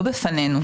לא בפנינו,